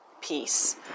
peace